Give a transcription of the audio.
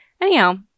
Anyhow